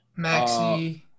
Maxi